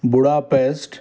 Budapest